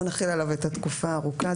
לא נחיל עליו את התקופה הארוכה.